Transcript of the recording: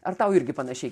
ar tau irgi panašiai